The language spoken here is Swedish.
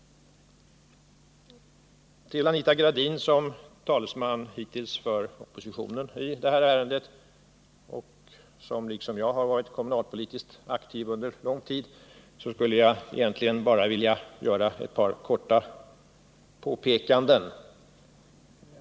För Anita Gradin, som hittills varit talesman för oppositionen i detta ärende och som liksom jag varit kommunalpolitiskt aktiv under en lång tid, skulle jag bara vilja påpeka ett par saker.